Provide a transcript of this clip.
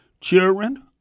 children